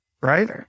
right